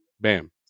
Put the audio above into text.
Bam